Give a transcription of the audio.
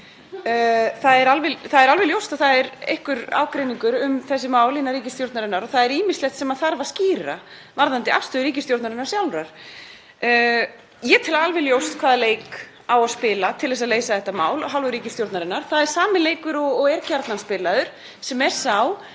Það er alveg ljóst að einhver ágreiningur er um þessi mál innan ríkisstjórnarinnar og það er ýmislegt sem þarf að skýra varðandi afstöðu ríkisstjórnarinnar sjálfrar. Ég tel alveg ljóst hvaða leik á að spila til að leysa þetta mál af hálfu ríkisstjórnarinnar. Það er sami leikur og er gjarnan spilaður sem er sá